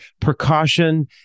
precaution